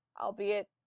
albeit